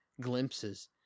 glimpses